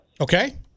okay